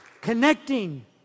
Connecting